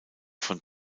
von